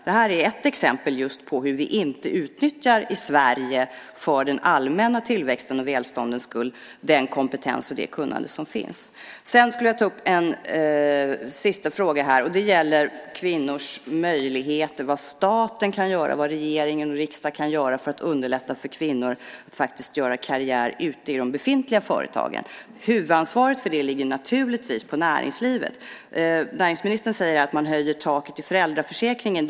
Det är ett exempel just på hur vi i Sverige för den allmänna tillväxten och välståndets skull inte utnyttjar den kompetens och det kunnande som finns. Jag vill ta upp en sista fråga. Det gäller kvinnors möjligheter och vad staten, regeringen och riksdagen kan göra för att underlätta för kvinnor att göra karriär ute i de befintliga företagen. Huvudansvaret för det ligger naturligtvis på näringslivet. Näringsministern säger att man höjer taket i föräldraförsäkringen.